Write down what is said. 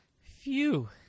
Phew